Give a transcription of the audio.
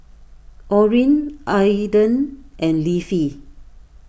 Orrin Adan and Leafy